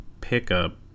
pickup